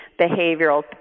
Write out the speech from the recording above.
behavioral